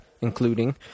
including